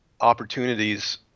opportunities